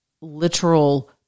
literal